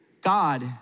God